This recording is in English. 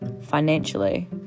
financially